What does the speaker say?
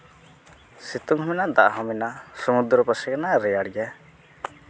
ᱥᱤᱛᱩᱝ ᱦᱚᱸ ᱢᱮᱱᱟᱜᱼᱟ ᱫᱟᱜ ᱦᱚᱸ ᱢᱮᱱᱟᱜᱼᱟ ᱥᱚᱢᱩᱫᱨᱚ ᱯᱟᱥᱮ ᱠᱟᱱᱟ ᱨᱮᱭᱟᱲ ᱜᱮᱭᱟ